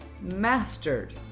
mastered